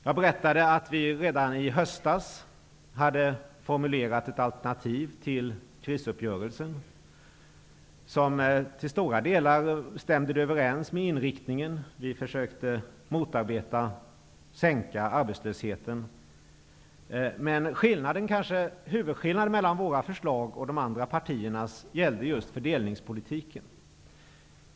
Jag berättade att vi redan i höstas hade formulerat ett alternativ till krisuppgörelsen, vilket till stora delar stämde överens med inriktningen i denna. Vi ville bl.a. sänka arbetslösheten. Men huvudskillnaden mellan våra förslag och de andra partiernas gällde fördelningspolitiken.